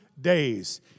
days